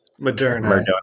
Moderna